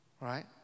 Right